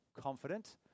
confident